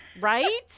right